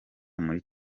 muri